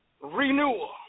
renewal